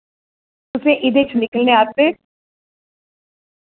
तुसें इ'दे चा निकलने आस्तै